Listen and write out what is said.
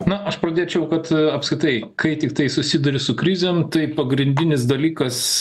na aš pradėčiau kad apskritai kai tiktai susiduri su krizėm tai pagrindinis dalykas